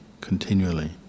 continually